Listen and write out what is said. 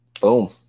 Boom